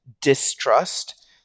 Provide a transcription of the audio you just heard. distrust